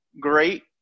great